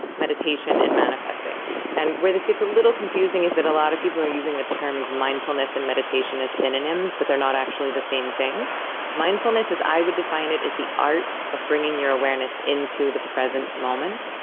meditation, and manifesting and where this gets a little confusing is that a lot of people are using the terms mindfulness and meditation as synonyms, but they're not actually the same thing mindfulness, as i would define it, is the art of bringing your awareness into the present moment.